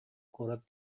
куорат